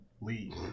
leave